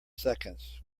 seconds